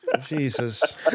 Jesus